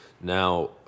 Now